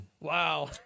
wow